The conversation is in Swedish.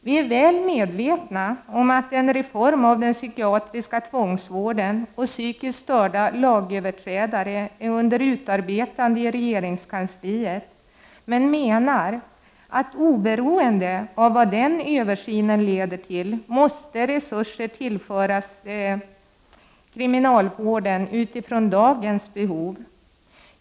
Vi är väl medvetna om att en reform av den psykiatriska tvångsvården och behandlingen av psykiskt störda lagöverträdare är under utarbetande i regeringskansliet, men oberoende av vad den översynen leder till måste resurser tillföras kriminalvården med hänsyn till dagens behov.